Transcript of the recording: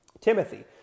Timothy